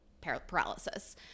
paralysis